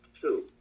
two